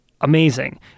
amazing